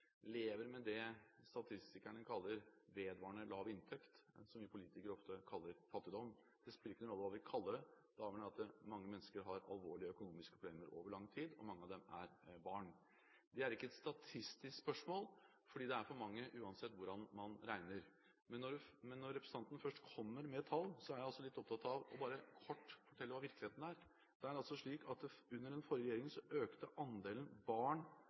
lever med det statistikerne kaller vedvarende lav inntekt – det som vi politikere kaller fattigdom. Det spiller ingen rolle hva vi kaller det, det avgjørende er at mange mennesker har alvorlige økonomiske problemer over lang tid, og mange av dem er barn. Det er ikke et statistisk spørsmål, fordi det er for mange uansett hvordan man regner. Men når representanten først kommer med tall, er jeg litt opptatt av bare kort å fortelle hvordan virkeligheten er. Det er altså slik at under den forrige regjeringen økte andelen barn